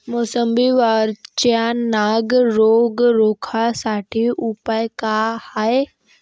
मोसंबी वरचा नाग रोग रोखा साठी उपाव का हाये?